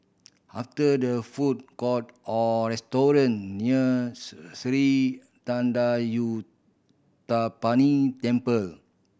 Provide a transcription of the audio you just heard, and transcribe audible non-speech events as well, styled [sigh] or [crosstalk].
after there food court or restaurant near [unintelligible] Sri Thendayuthapani Temple